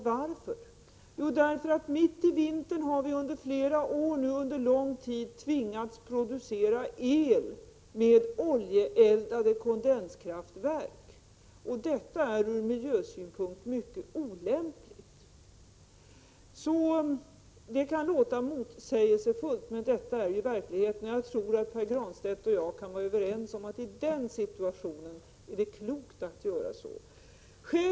Varför? Jo, mitt i vintern har vi i flera år under lång tid tvingats producera el med oljeeldade kondenskraftverk. Detta är ur miljösynpunkt mycket olämpligt — detta kan låta motsägelsefullt, men det är verkligheten. Och jag tror att Pär Granstedt och jag kan vara överens om att det i den situationen är klokt att göra så.